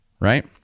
right